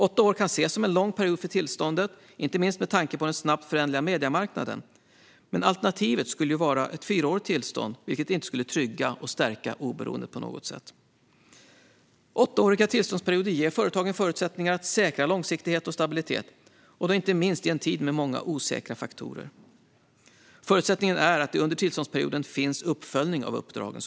Åtta år kan ses som en lång period för tillståndet, inte minst med tanke på den snabbt föränderliga mediemarknaden. Alternativet skulle dock vara ett fyraårigt tillstånd, vilket inte skulle trygga och stärka oberoendet. Åttaåriga tillståndsperioder ger alltså företagen förutsättningar att säkra långsiktighet och stabilitet, inte minst i en tid med många osäkra faktorer. Förutsättningen är såklart att det under tillståndsperioden finns en uppföljning av uppdragen.